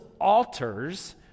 altars